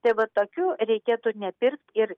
tai va tokių reikėtų nepirkt ir